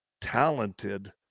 talented